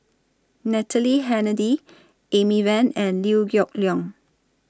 Natalie Hennedige Amy Van and Liew Geok Leong